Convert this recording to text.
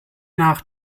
nach